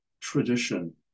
tradition